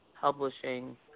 publishing